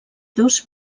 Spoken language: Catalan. dos